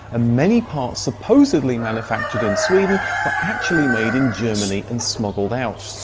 and many parts supposedly manufactured in sweden were actually made in germany and smuggled out.